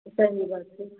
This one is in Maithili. सही बात छै